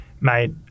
Mate